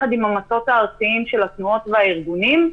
ביחד עם המטות הארציים של התנועות והארגונים.